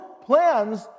plans